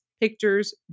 pictures